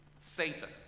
Satan